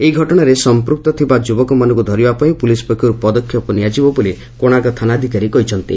ଏହି ଘଟଣାରେ ସଂପୂକ୍ତ ଥିବା ଯୁବକମାନଙ୍ଙୁ ଧରିବା ପାଇଁ ପୁଲିସ ପକ୍ଷରୁ ପଦକ୍ଷେପ ନିଆଯିବ ବୋଲି କୋଶାର୍କ ଥାନାଧକାରୀ କହିଛନ୍ତି